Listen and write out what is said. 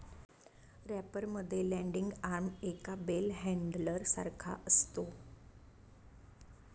wrapper मध्ये landing arm एका bale handler सारखा असतो